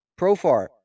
Profar